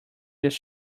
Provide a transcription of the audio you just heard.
this